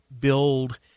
build